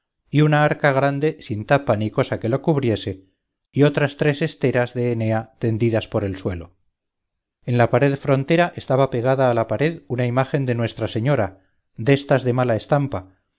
y una arca grande sin tapa ni cosa que la cubriese y otras tres esteras de enea tendidas por el suelo en la pared frontera estaba pegada a la pared una imagen de nuestra señora destas de mala estampa